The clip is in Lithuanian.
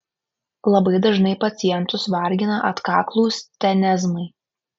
labai dažnai pacientus vargina atkaklūs tenezmai